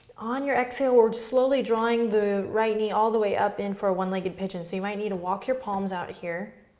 on your exhale, we're slowly drawing the right knee all the way up in for a one-legged pigeon. so you might need to walk your palms out here,